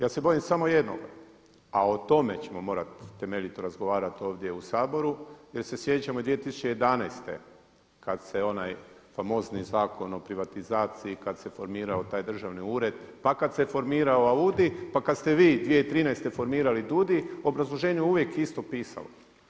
Ja se bojim samo jednoga, a o tome ćemo morati temeljito razgovarati ovdje u Saboru jer se sjećamo 2011. kada se onaj famozni Zakon o privatizaciji, kada se formirao taj državni ured, pa kada se formirao AUDI pa kada ste vi 2013. formirali DUUDI u obrazloženju je uvijek isto pisalo.